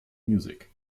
music